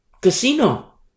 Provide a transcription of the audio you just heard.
casino